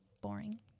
boring